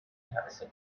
taxi